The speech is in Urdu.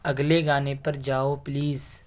اگلے گانے پر جاؤ پلیز